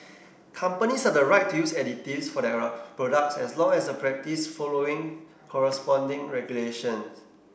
companies have the right to use additives for their products as long as this practice following follows corresponding regulations